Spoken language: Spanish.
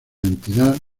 entidad